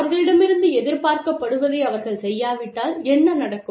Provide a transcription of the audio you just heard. அவர்களிடமிருந்து எதிர்பார்க்கப்படுவதை அவர்கள் செய்யாவிட்டால் என்ன நடக்கும்